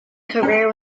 career